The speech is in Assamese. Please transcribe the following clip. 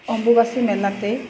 অম্বুবাচী মেলাতে